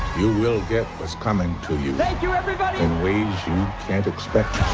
you will get what's coming to you. thank you everybody! in ways you can't expect